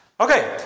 Okay